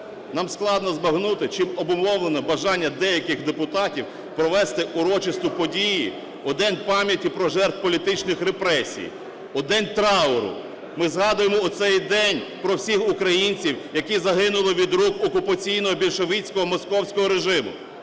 Нам складно збагнути, чим обумовлено бажання деяких депутатів провести урочисту подію у День пам'яті про жертви політичних репресій, у день трауру. Ми згадуємо у цей день про всіх українців, які загинули від рук окупаційного більшовицького московського режиму,